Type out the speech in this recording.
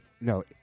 No